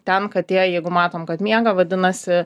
ten katė jeigu matom kad miega vadinasi